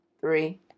Three